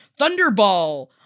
Thunderball